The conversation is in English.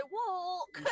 walk